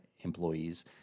employees